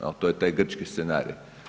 Jel' to je taj grčki scenarij.